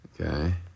Okay